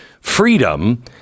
freedom